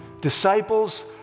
disciples